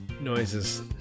noises